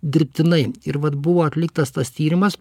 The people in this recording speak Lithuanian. dirbtinai ir vat buvo atliktas tas tyrimas